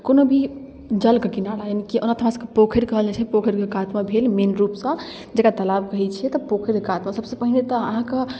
कोनो भी जलके किनारा यानिकि ओना तऽ हमरासबके पोखरि कहल जाइ छै पोखरिके कातमे भेल मेन रूपसँ जकरा तालाब कहै छिए तऽ पोखरिके कातमे सबसँ पहिने तऽ अहाँके